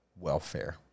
welfare